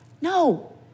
No